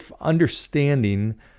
understanding